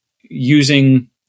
using